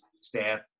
staff